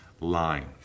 line